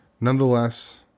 Nonetheless